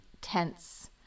tense